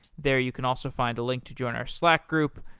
there you can also find a link to join our slack group,